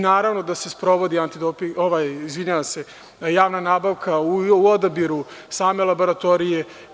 Naravno da se sprovodi javna nabavka u odabiru same laboratorije.